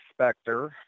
Spector